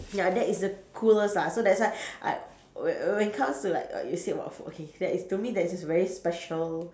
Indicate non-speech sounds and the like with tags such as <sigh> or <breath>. ya that is the coolest lah so that's why <breath> I when when it comes to like like you said about food okay that is to me there's this very special